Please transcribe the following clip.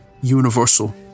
Universal